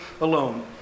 alone